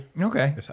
Okay